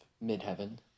mid-heaven